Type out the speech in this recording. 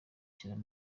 cyane